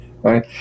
Right